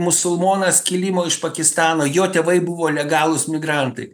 musulmonas kilimo iš pakistano jo tėvai buvo legalūs migrantai